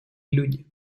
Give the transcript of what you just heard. люди